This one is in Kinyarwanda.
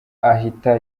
ahita